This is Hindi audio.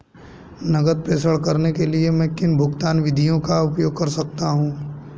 नकद प्रेषण करने के लिए मैं किन भुगतान विधियों का उपयोग कर सकता हूँ?